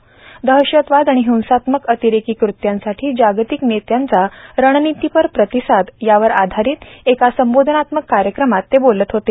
दहशतवाद आणि हिंसात्मक अतिरेकी कृत्यांसाठी जागतिक नेत्यांचा रणनितीपर प्रतिसाद यावर आधारित एका संबोधनात्मक कार्यक्रमात ते आज बोलत होते